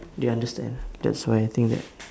they understand that's why I think that